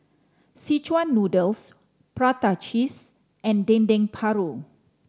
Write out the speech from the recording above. szechuan noodles prata cheese and Dendeng Paru